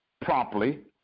promptly